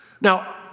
Now